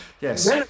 Yes